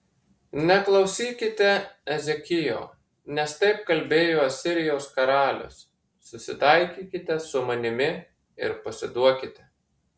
neklausykite ezekijo nes taip kalbėjo asirijos karalius susitaikykite su manimi ir pasiduokite